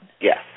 Yes